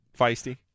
Feisty